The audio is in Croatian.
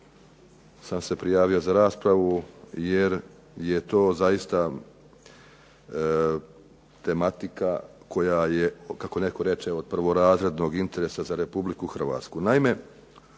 sam se prijavio za raspravu, jer je to zaista tematika koja je kako netko reče od prvorazrednog interesa za Republiku Hrvatsku.